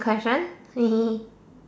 question